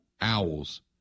Owls